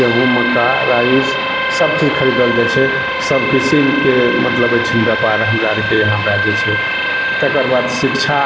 गेहूँ मक्का राइस सभचीज खरीदल जाइ छै सभ किसिमके मतलब एहिठिन व्यापार हमरा आरके यहाँ भए जाइ छै तकर बाद शिक्षा